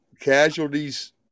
casualties